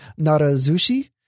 narazushi